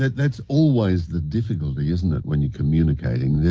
that's always the difficulty, isn't it when you're communicating?